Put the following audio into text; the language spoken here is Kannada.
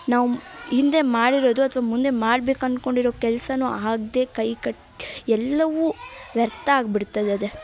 ನಾವು ಹಿಂದೆ ಮಾಡಿರೋದು ಅಥ್ವಾ ಮುಂದೆ ಮಾಡ್ಬೇಕು ಅನ್ಕೊಂಡಿರೊ ಕೆಲಸವೂ ಆಗದೇ ಕೈಕಟ್ ಎಲ್ಲವೂ ವ್ಯರ್ಥ ಆಗ್ಬಿಡ್ತದೆ ಅದು